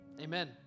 Amen